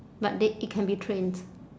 but they it can be trained